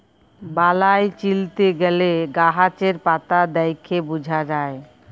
বালাই চিলতে গ্যালে গাহাচের পাতা দ্যাইখে বুঝা যায়